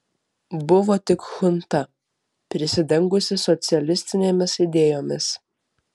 buvo tik chunta prisidengusi socialistinėmis idėjomis